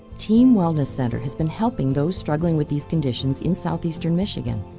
team wellness center has been helping those struggling with these conditions in southeastern michigan.